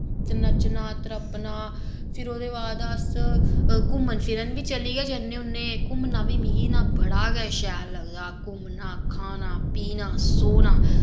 ते नच्चना त्रप्पना फिर ओह्दे बाद अस घुम्मन फिरन बी चली गै जन्ने होन्ने घुम्मना बी मिगी ना बड़ा गै शैल लगदा घुम्मना खाना पीना स्होना